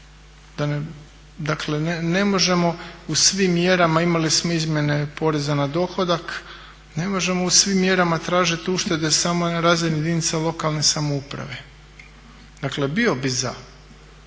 Dakle ne možemo u svim mjerama, imali smo izmjene poreza na dohodak, ne možemo u svim mjerama tražit uštede samo na razini jedinica lokalne samouprave. Dakle bio bih za,